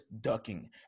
ducking